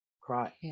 cry